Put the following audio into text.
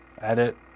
edit